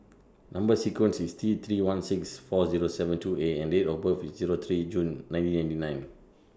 Number sequence IS T three one six four Zero seven two A and Date of birth IS Zero three June nineteen ninety nine